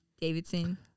Davidson